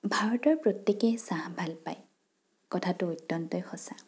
ভাৰতৰ প্ৰত্য়েকেই চাহ ভাল পায় কথাটো অত্যন্তই সঁচা